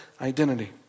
identity